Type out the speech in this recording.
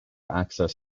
access